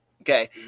Okay